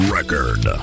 Record